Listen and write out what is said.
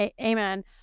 amen